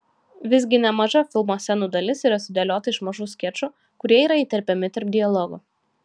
visgi nemaža filmo scenų dalis yra sudėliota iš mažų skečų kurie yra įterpiami tarp dialogų